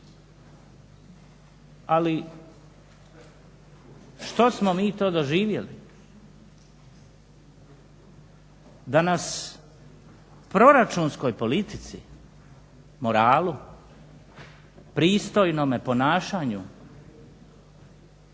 Ali što smo mi to doživjeli? Da nas proračunskoj politici, moralu, pristojnome ponašanju,